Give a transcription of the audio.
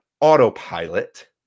autopilot